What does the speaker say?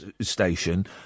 station